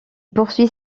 poursuit